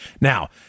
Now